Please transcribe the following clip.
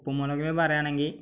ഉപ്പും മുളകിലെ പറയുകയാണെങ്കിൽ